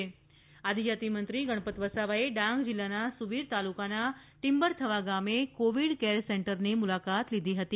Ganpat Vasava Covid centre આદિજાતી મંત્રી ગણપત વસાવાએ ડાંગ જિલ્લાના સુબીર તાલુકાના ટિમ્બરથવા ગામે કોવિડ કેર સેન્ટરની મુલાકાત લીધી હતી